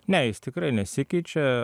ne jis tikrai nesikeičia